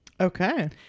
Okay